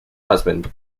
husband